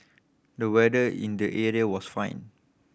the weather in the area was fine